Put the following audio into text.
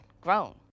grown